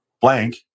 blank